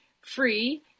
free